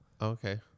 Okay